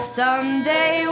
someday